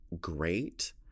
great